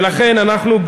ולכן אנחנו,